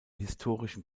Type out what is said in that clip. historischen